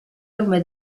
orme